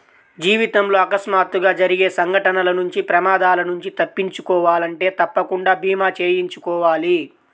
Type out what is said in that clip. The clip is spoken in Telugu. జీవితంలో అకస్మాత్తుగా జరిగే సంఘటనల నుంచి ప్రమాదాల నుంచి తప్పించుకోవాలంటే తప్పకుండా భీమా చేయించుకోవాలి